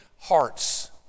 hearts